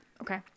okay